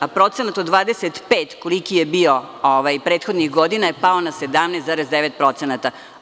A procenat od 25, koliko je bio prethodnih godina, je pao na 17,9 procenata.